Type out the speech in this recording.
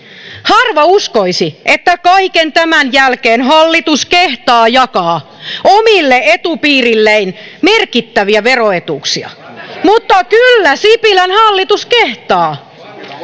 harva uskoisi että kaiken tämän jälkeen hallitus kehtaa jakaa omille etupiireilleen merkittäviä veroetuuksia mutta kyllä sipilän hallitus kehtaa